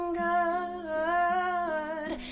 good